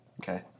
Okay